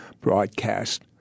broadcast